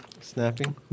Snapping